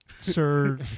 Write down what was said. sir